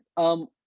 um,